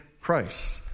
Christ